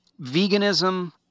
Veganism